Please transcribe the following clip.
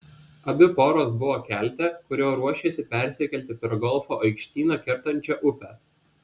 abi poros buvo kelte kuriuo ruošėsi persikelti per golfo aikštyną kertančią upę